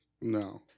No